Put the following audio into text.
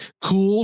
cool